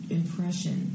impression